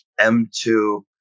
M2